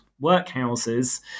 workhouses